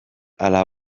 ala